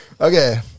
Okay